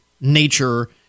nature